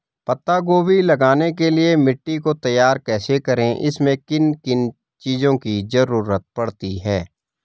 पत्ता गोभी लगाने के लिए मिट्टी को तैयार कैसे करें इसमें किन किन चीज़ों की जरूरत पड़ती है?